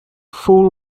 fool